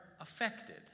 affected